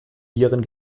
nieren